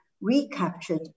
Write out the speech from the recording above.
recaptured